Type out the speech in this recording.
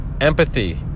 empathy